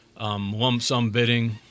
lump-sum-bidding